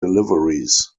deliveries